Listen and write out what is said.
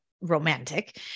romantic